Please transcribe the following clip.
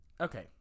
Okay